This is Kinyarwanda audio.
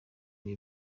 bihe